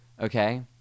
Okay